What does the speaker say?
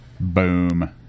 Boom